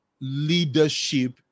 leadership